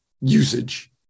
usage